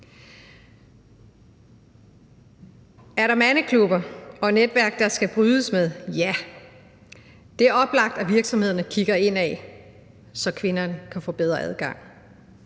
Er der mandeklubber og netværk, der skal brydes med? Ja. Det er oplagt, at virksomhederne kigger indad, så kvinderne kan få bedre adgang.